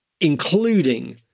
including